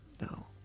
no